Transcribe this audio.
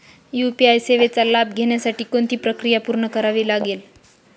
UPI सेवेचा लाभ घेण्यासाठी कोणती प्रक्रिया पूर्ण करावी लागते?